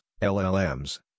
LLMs